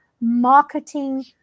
marketing